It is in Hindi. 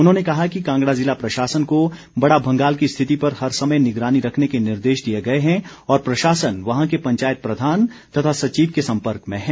उन्होंने कहा कि कांगड़ा ज़िला प्रशासन को बड़ा भंगाल की स्थिति पर हर समय निगरानी रखने के निर्देश दिए गए हैं और प्रशासन वहां के पंचायत प्रधान तथा सचिव के संपर्क में हैं